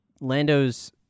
Lando's